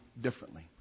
differently